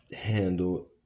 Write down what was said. handle